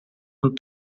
van